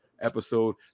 episode